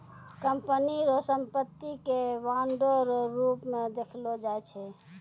company रो संपत्ति के बांडो रो रूप मे देखलो जाय छै